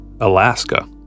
Alaska